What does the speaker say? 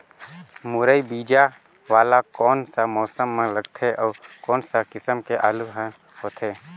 मुरई बीजा वाला कोन सा मौसम म लगथे अउ कोन सा किसम के आलू हर होथे?